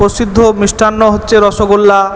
প্রসিদ্ধ মিষ্টান্ন হচ্ছে রসগোল্লা